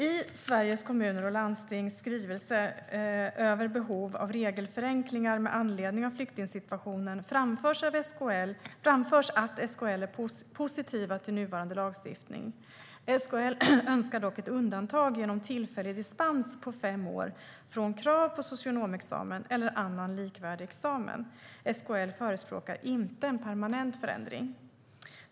I Sveriges Kommuner och Landstings skrivelse över behov av regelförenklingar med anledning av flyktingsituationen framförs att SKL är positiva till nuvarande lagstiftning. SKL önskar dock ett undantag genom tillfällig dispens på fem år från krav på socionomexamen eller annan likvärdig examen. SKL förespråkar inte en permanent förändring.